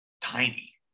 Tiny